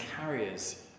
carriers